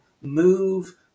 move